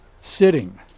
sitting